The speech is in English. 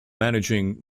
managing